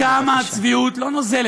עכשיו תראו, רבותיי, כמה הצביעות לא נוזלת,